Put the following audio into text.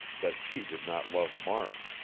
that she did not love mark.